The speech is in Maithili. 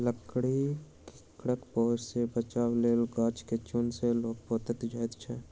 लकड़ीक कीड़ाक प्रकोप सॅ बचबाक लेल गाछ के चून सॅ पोतल जाइत छै